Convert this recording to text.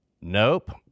Nope